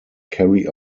carry